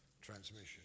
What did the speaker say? transmission